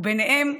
וביניהם,